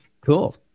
Cool